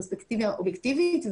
פרספקטיבה אובייקטיבית,